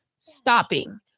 stopping